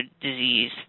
disease